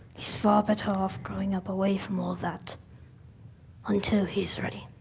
he's far better off growing up away from all that until he's ready.